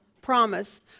promise